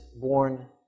born